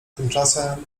tymczasem